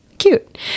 cute